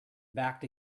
backed